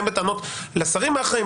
באים בטענות לשרים האחרים,